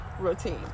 routine